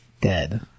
dead